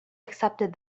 accepted